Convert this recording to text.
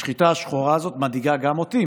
השחיטה השחורה הזאת מדאיגה גם אותי,